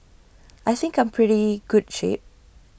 I think I'm pretty good shape